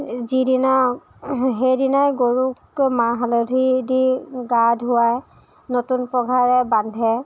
যিদিনা সেইদিনা গৰুক মাহ হালধি দি গা ধুৱাই নতুন পঘাৰে বান্ধে